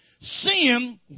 Sin